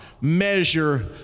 measure